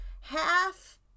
half